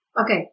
Okay